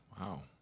Wow